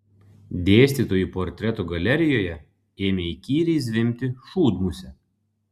dėstytojų portretų galerijoje ėmė įkyriai zvimbti šūdmusė